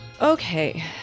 Okay